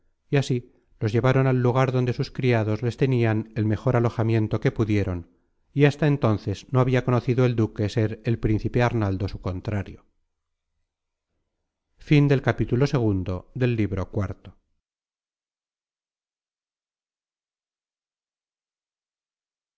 y así los llevaron al lugar donde sus criados les tenian el mejor alojamiento que pudieron y hasta entonces no habia conocido el duque ser el príncipe arnaldo su contrario entran en